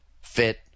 fit